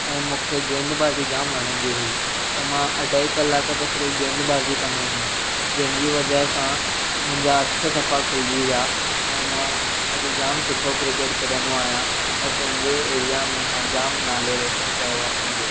ऐं मूंखे गेंद बाज़ी जाम वणंदी हुई त मां अढाई कलाक त सिर्फ़ु गेंद बाज़ी कंदो हुउमि जंहिंजी वजह सां मुंहिंजा हथ सफ़ा खुलजी विया ऐं मां अॼु जाम सुठो क्रिकेट खेॾंदो आहियां ऐं पंहिंजे एरिया में मां जाम नालो रोशन कयो आहे पंहिंजो